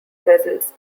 vessels